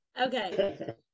Okay